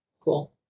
Cool